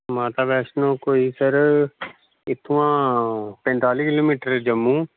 माता वैष्णो कोई सर इत्थुआं पंञताली किलोमीटर जम्मू